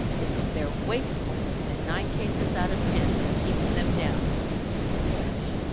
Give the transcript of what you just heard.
it's their wastefulness, in nine cases out of ten, that keeps them down, said mrs. gerrish.